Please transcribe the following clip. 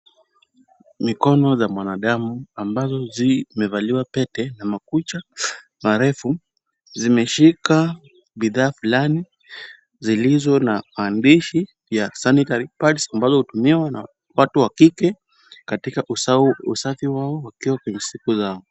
Mikono za mwanadamu ambazo zimevaliwa pete na makucha marefu zimeshika bidhaa fulani zilizo na maandishi ya sanitary pads ambazo hutumiwa na watu wa kike katika usafi wao wakiwa kwenye siku zao.